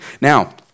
Now